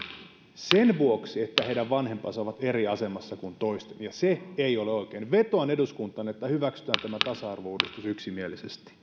sen vuoksi että heidän vanhempansa ovat eri asemassa kuin toisten ja se ei ole oikein vetoan eduskuntaan että hyväksytään tämä tasa arvouudistus yksimielisesti